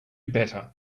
better